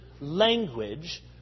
language